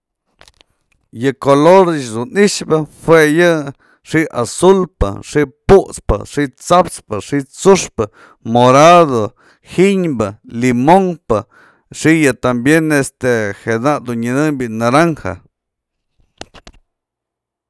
Yë color ech dun i'ixë jue yë xi'i azulpë, xi'i putspë, xi'i tsa'ap pë, xi'i tsu'uxpë, morado, gynbë, limonpë, xi'i yë tambien este je nak dun nyanëbyë naranja.